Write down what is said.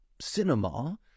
cinema